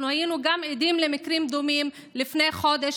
היינו עדים למקרים דומים לפני חודש